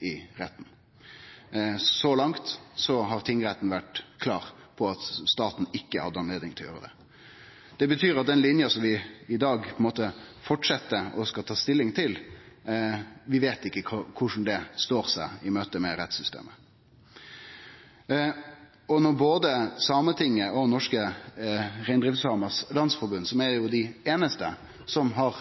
i retten. Så langt har tingretten vore klar på at staten ikkje hadde anledning til å gjere det. Det betyr at den linja som vi i dag held fram med og tar stilling til, veit vi ikkje korleis vil stå seg i møte med rettssystemet. Når både Sametinget og Norske Reindriftssamers Landsforbund, som er dei einaste som har